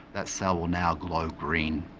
that cell will now glow green.